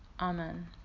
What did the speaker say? Amen